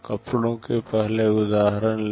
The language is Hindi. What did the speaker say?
कपड़ों के पहले उदाहरण लें